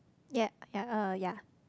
ya ya uh ya